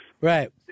Right